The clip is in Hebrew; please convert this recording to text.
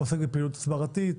הוא עוסק בפעילות הסברתית,